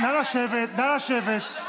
נא לשבת, נא לשבת.